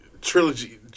trilogy